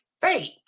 fake